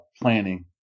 planning